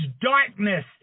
darkness